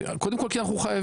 קודם כל כי אנחנו חייבים,